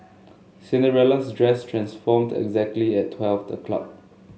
Cinderella's dress transformed exactly at twelve o'clock